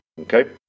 Okay